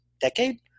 decade